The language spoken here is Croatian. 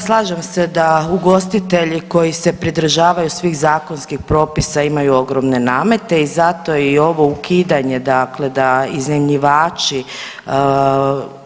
Da, slažem se da ugostitelji koji se pridržavaju svih zakonskih propisa imaju ogromne namete i zato i ovo ukidanje dakle da iznajmljivači